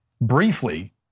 briefly